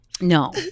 No